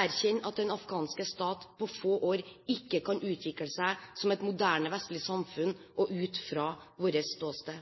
at den afghanske stat på få år ikke kan utvikle seg som et moderne vestlig samfunn og ut fra vårt ståsted.